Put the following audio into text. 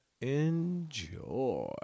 Enjoy